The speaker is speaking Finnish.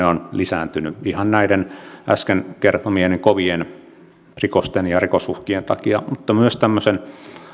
on lisääntynyt äsken kertomieni kovien rikosten ja rikosuhkien takia mutta myös tämmöisen